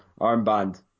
armband